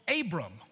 Abram